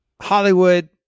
Hollywood